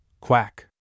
Quack